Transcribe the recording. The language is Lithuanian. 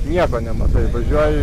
nieko nematai važiuoji